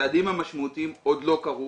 הצעדים המשמעותיים עוד לא קרו,